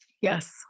Yes